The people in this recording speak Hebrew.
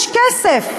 יש כסף,